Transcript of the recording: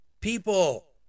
People